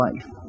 life